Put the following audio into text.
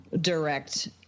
direct